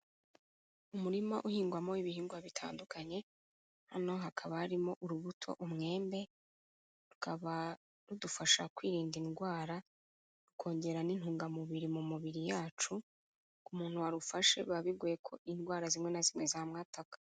Umurima uhingwamo ibihingwa bitandukanye, hano hakaba harimo urubuto umwembe rukaba rudufasha kwirinda indwara, rukongera n'intungamubiri mu mibiri yacu, umuntu warufasha biba bigoye ko indwara zimwe na zimwe zamwataka.